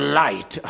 light